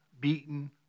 beaten